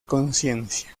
conciencia